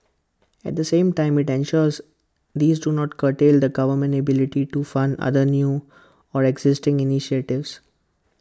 at the same time IT ensures these do not curtail the government's ability to fund other new or existing initiatives